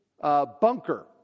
Bunker